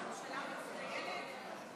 מהממשלה המצטיינת?